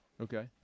Okay